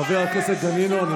חבר הכנסת דנינו,